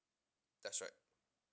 that's right